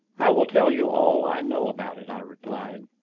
i will tell you all i know about it, i replied.